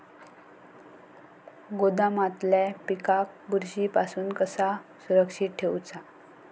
गोदामातल्या पिकाक बुरशी पासून कसा सुरक्षित ठेऊचा?